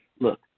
Look